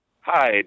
Hi